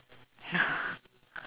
ya